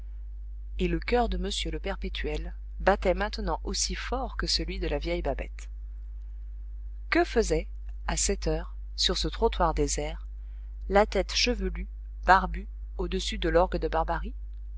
et le coeur de m le perpétuel battait maintenant aussi fort que celui de la vieille babette que faisait à cette heure sur ce trottoir désert la tête chevelue barbue au-dessus de l'orgue de barbarie